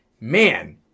Man